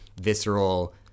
visceral